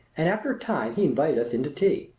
and after a time he invited us in to tea.